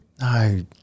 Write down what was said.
No